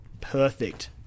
perfect